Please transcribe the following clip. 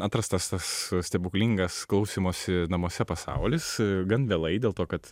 atrastas tas stebuklingas klausymosi namuose pasaulis gan vėlai dėl to kad